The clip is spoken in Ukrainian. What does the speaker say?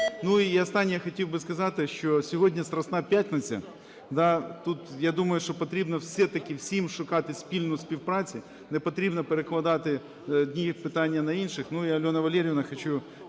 Ну і останнє я хотів би сказати, що сьогодні Страсна п'ятниця, да, тут, я думаю, що потрібно все-таки всім шукати спільну співпрацю, не потрібно перекладати одні питання на інших. Ну, і Альона Валеріївна, хочу